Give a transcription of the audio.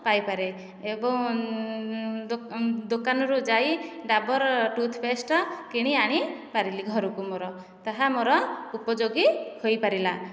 ପାଇପାରେ ଏବଂ ଦୋକାନରୁ ଯାଇ ଡାବର ଟୁଥ ପେଷ୍ଟ କିଣି ଆଣି ପାରିଲି ଘରକୁ ମୋର ତାହା ମୋର ଉପଯୋଗୀ ହୋଇପାରିଲା